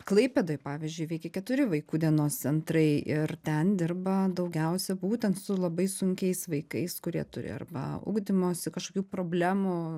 klaipėdoj pavyzdžiui veikia keturi vaikų dienos centrai ir ten dirba daugiausia būtent su labai sunkiais vaikais kurie turi arba ugdymosi kažkokių problemų